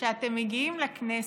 כשאתם מגיעים לכנסת,